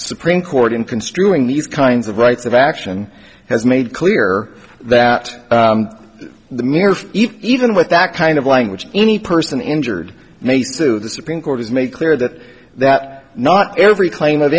supreme court in construing these kinds of rights of action has made clear that the mere even with that kind of language any person injured needs to the supreme court has made clear that that not every claim of